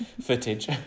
footage